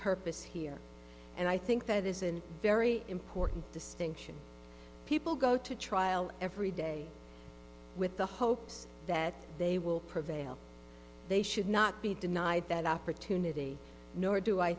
purpose here and i think that isn't very important distinction people go to trial every day with the hopes that they will prevail they should not be denied that opportunity nor do i